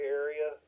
area